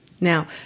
now